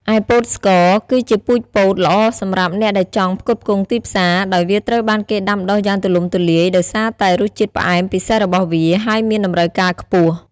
ឯពោតស្ករ គឺជាពូជពោតល្អសម្រាប់អ្នកដែលចង់ផ្គត់ផ្គង់ទីផ្សារ ដោយវាត្រូវបានគេដាំដុះយ៉ាងទូលំទូលាយដោយសារតែរសជាតិផ្អែមពិសេសរបស់វា ហើយមានតម្រូវការខ្ពស់។